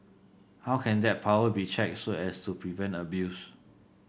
how can that power be checked so as to prevent abuse